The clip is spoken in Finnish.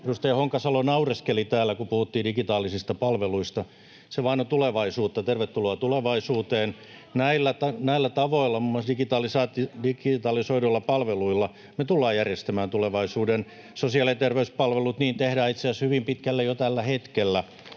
edustaja Honkasalo naureskeli täällä, kun puhuttiin digitaalisista palveluista. Se vain on tulevaisuutta — tervetuloa tulevaisuuteen. Näillä tavoilla, muun muassa digitalisoiduilla palveluilla, [Veronika Honkasalon välihuuto] me tullaan järjestämään tulevaisuuden sosiaali- ja terveyspalvelut. Niin tehdään itse asiassa hyvin pitkälle jo tällä hetkellä.